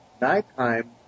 nighttime